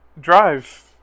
drive